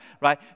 right